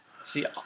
See